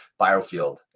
biofield